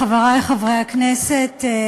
חברי חברי הכנסת,